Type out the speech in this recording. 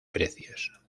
precios